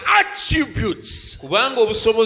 attributes